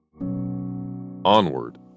Onward